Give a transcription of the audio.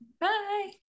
Bye